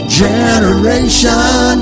generation